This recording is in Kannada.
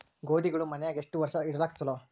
ಗೋಧಿಗಳು ಮನ್ಯಾಗ ಎಷ್ಟು ವರ್ಷ ಇಡಲಾಕ ಚಲೋ?